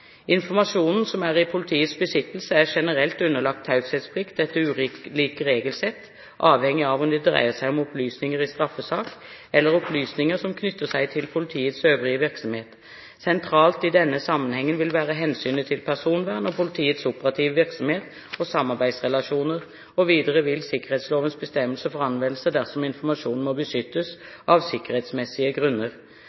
Informasjonen som er i politiets besittelse, er generelt underlagt taushetsplikt etter ulike regelsett avhengig av om det dreier seg om opplysninger i straffesak eller opplysninger som knytter seg til politiets øvrige virksomhet. Sentralt i denne sammenheng vil være hensynet til personvern og politiets operative virksomhet og samarbeidsrelasjoner. Videre vil sikkerhetslovens bestemmelser få anvendelse dersom informasjon må beskyttes